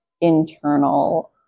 internal